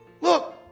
Look